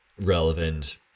relevant